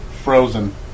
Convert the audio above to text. Frozen